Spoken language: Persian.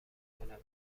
کند